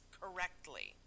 correctly